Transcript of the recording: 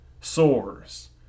soars